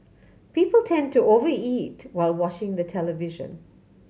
people tend to over eat while watching the television